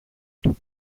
του